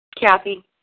Kathy